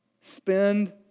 Spend